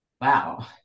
Wow